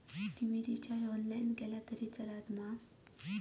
TV recharge online केला तरी चलात मा?